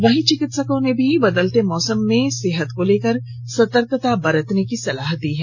वहीं चिकित्सकों ने भी बदलते मौसम में सेहत को लेकर सतर्कता बरतने की सलाह दी है